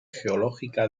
geológica